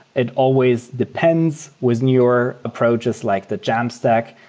it always depends with newer approaches like the jamstack.